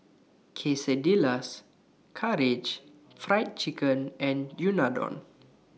Quesadillas Karaage Fried Chicken and Unadon